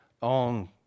on